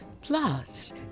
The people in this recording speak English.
Plus